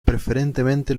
preferentemente